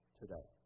today